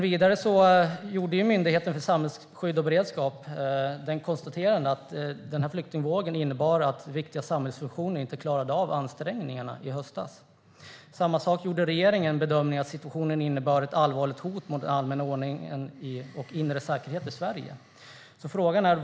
Vidare har Myndigheten för samhällsskydd och beredskap konstaterat att viktiga samhällsfunktioner inte klarade av ansträngningarna av flyktingvågen i höstas. Likaså bedömde regeringen att situationen innebar ett allvarligt hot mot den allmänna ordningen och inre säkerheten i Sverige.